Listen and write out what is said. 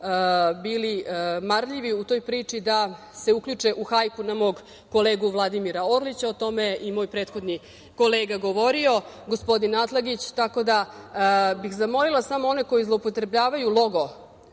bili marljivi u toj priči da se uključe u hajku na mog kolegu Vladimira Orlića. O tome je i moj prethodni kolega govorio, gospodin Atlagić, tako da bih zamolila samo one koji zloupotrebljavaju logo